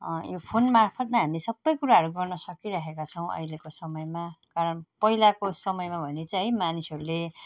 यो फोन मार्फतमा हामी सब कुराहरू गर्न सकिरहेका छौँ अहिलेको समयमा कारण पहिलाको समयमा भने चाहिँ है मानिसहरूले